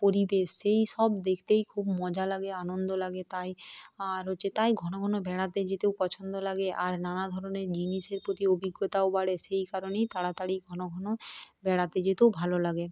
পরিবেশ সেই সব দেখতেই খুব মজা লাগে আনন্দ লাগে তাই আর হচ্ছে তাই ঘন ঘন বেড়াতে যেতেও পছন্দ লাগে আর নানা ধরনের জিনিসের প্রতি অভিজ্ঞতাও বাড়ে সেই কারণেই তাড়াতাড়ি ঘন ঘন বেড়াতে যেতেও ভালো লাগে